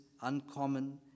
uncommon